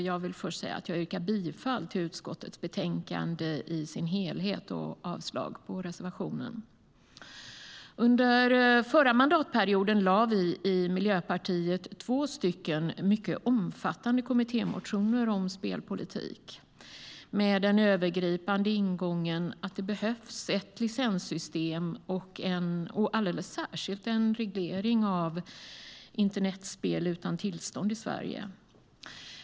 Jag vill först yrka bifall till utskottets förslag i betänkandet i dess helhet och avslag på reservationen. Under förra mandatperioden lade vi i Miljöpartiet fram två mycket omfattande kommittémotioner om spelpolitik med den övergripande ingången att det behövs ett licenssystem och alldeles särskilt en reglering av internetspel utan tillstånd i Sverige.